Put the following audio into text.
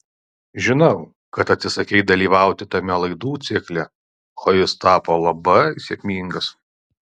žinau kad atsisakei dalyvauti tame laidų cikle o jis tapo labai sėkmingas